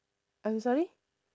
I'm sorry